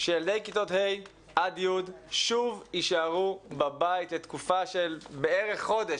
שילדי כיתות ה' י' שוב יישארו בבית לתקופה של בערך חודש,